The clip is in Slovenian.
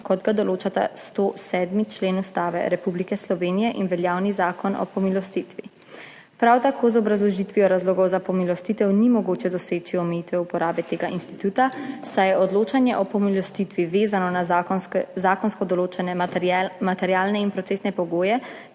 kot ga določata 107. člen Ustave Republike Slovenije in veljavni Zakon o pomilostitvi. Prav tako z obrazložitvijo razlogov za pomilostitev ni mogoče doseči omejitve uporabe tega instituta, saj je odločanje o pomilostitvi vezano na zakonsko določene materialne in procesne pogoje,